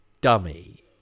dummy